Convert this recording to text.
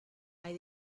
hay